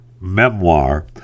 memoir